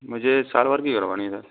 मुझे साल भर की करवानी है सर